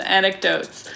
anecdotes